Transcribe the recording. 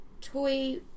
toy